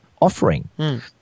offering –